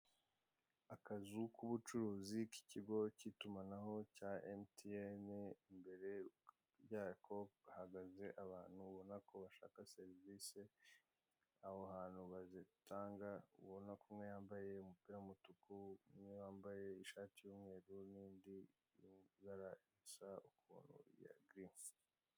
Akazu k'ubucuruzi k'ikigo k'itumanaho cya emutiyene imbere yako hahagaze abantu ubona ko bashaka servise, aho hantu bazitanga ubona ko umwe yambaye umupira w'umutuku undi yambye ishati y'umweru n'undi mu ibara risa umuhondo rya girinsi.